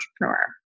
entrepreneur